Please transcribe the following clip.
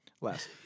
Less